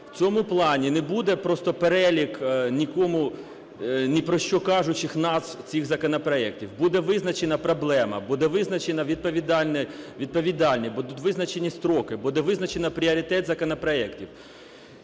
В цьому плані не буде просто перелік нікому ні про що кажучих нам цих законопроектів. Буде визначена проблема. Будуть визначені відповідальні. Будуть визначені строки. Буде визначено пріоритет законопроектів.